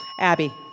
Abby